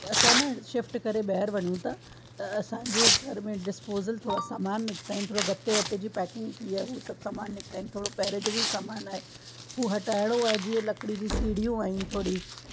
असां न शिफ्ट करे ॿाहिरि वञूं था त असांजे घर में डिस्पोज़ल थोरा सामान निकिता आहिनि थोरा गते वते जी पैकिंग थी आहे हू सब सामान निकिता आहिनि थोरो पहिरे जो बि सामान आहे उहो हटाइणो आहे जीअं लकड़ी जी सीढ़ियूं आहिनि थोरी